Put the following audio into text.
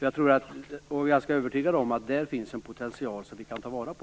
Jag är ganska övertygad om att här finns en potential att ta vara på.